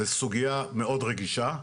זו סוגיה מאוד רגישה,